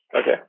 okay